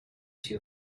too